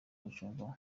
gucunga